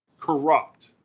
corrupt